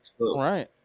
Right